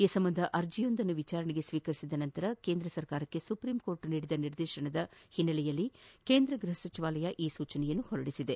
ಈ ಸಂಬಂಧ ಅರ್ಜಿಯೊಂದನ್ನು ವಿಚಾರಣೆಗೆ ಸ್ವೀಕರಿಸಿದ ನಂತರ ಕೇಂದ್ರ ಸರ್ಕಾರಕ್ಷೆ ಸುಪ್ರೀಂಕೋರ್ಟ್ ನೀಡಿದ ನಿರ್ದೇತನದ ಹಿನ್ನೆಲೆಯಲ್ಲಿ ಕೇಂದ್ರ ಗೃಹ ಸಚಿವಾಲಯ ಈ ಸೂಚನೆಯನ್ನು ಹೊರಡಿಸಿದೆ